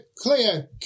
clear